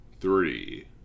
three